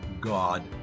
God